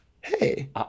Hey